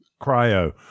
cryo